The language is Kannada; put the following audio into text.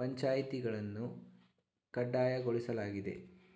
ಪಂಚಾಯಿತಿಗಳನ್ನು ಕಡ್ಡಾಯಗೊಳಿಸಲಾಗಿದೆ